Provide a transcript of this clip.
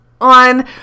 on